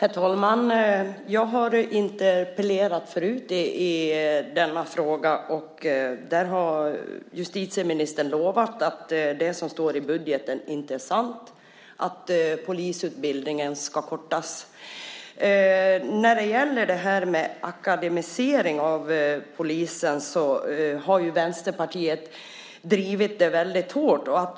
Herr talman! Jag har interpellerat förut i denna fråga. Justitieministern har då lovat att det som står i budgeten om att polisutbildningen ska kortas inte är sant. Vänsterpartiet har drivit frågan om akademisering av polisen hårt.